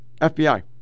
FBI